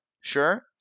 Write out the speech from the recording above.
Sure